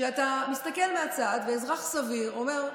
כשאתה מסתכל מהצד, אזרח סביר אומר: